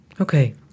Okay